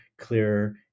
clearer